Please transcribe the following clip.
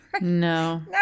No